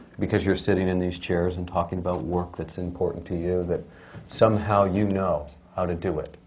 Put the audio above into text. because you're sitting in these chairs and talking about work that's important to you, that somehow you know how to do it,